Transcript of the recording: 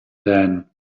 dan